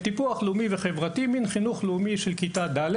״טיפוח לאומי וחברתי״ - זה הוא ספר חינוך לאומי לכיתה ד׳.